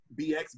BX